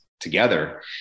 together